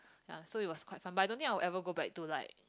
ya so it was quite fun but I don't think I will go back to like